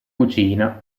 cucina